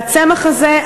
והצמח הזה,